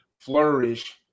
flourish